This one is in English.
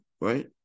right